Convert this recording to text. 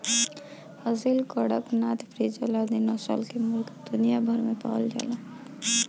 Aseel, Kadaknath, frizzle आदि नस्ल कअ मुर्गा दुनिया भर में पावल जालन